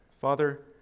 Father